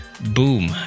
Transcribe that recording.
boom